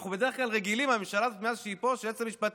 אנחנו בדרך כלל רגילים מהממשלה הזאת מאז שהיא פה היועצת המשפטית,